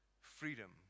Freedom